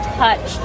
touch